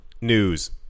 news